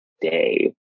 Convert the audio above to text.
day